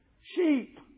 sheep